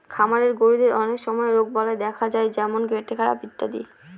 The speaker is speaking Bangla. খামারের গরুদের অনেক সময় রোগবালাই দেখা যায় যেমন পেটখারাপ ইত্যাদি